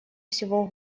всего